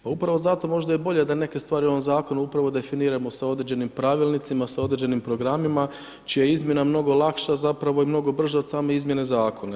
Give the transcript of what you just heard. Pa upravo zato možda bolje da neke stvari u ovom zakonu upravo definiraju sa određenim pravilnicima, sa određenim programima čije je izmjena mnogo lakša zapravo, i mnogo brža od same izmjene zakona.